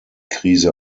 krise